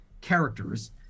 characters